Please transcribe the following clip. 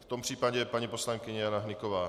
V tom případě paní poslankyně Jana Hnyková.